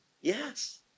Yes